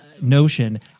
notion